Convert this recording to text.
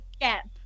gap